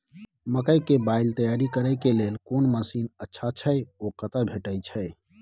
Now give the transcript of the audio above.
मकई के बाईल तैयारी करे के लेल कोन मसीन अच्छा छै ओ कतय भेटय छै